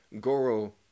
goro